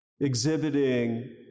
exhibiting